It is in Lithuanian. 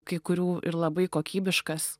kai kurių ir labai kokybiškas